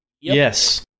Yes